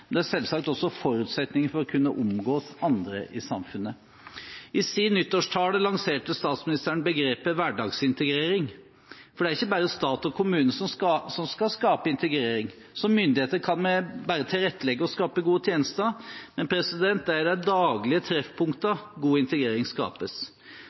det er selvsagt også forutsetningen for å kunne omgås andre i samfunnet. I sin nyttårstale lanserte statsministeren begrepet «hverdagsintegrering». Det er ikke bare stat og kommune som skal skape integrering. Som myndigheter kan vi tilrettelegge og skape gode tjenester, men det er i de daglige